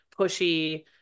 pushy